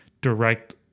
direct